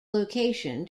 location